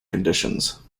conditions